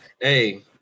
Hey